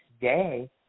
day